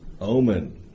omen